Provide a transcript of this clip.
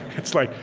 it's like,